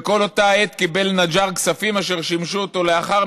וכל אותה העת קיבל נג'אר כספים אשר שימשו אותו לאחר